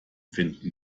finden